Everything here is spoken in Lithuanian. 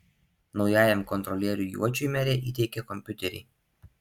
naujajam kontrolieriui juočiui merė įteikė kompiuterį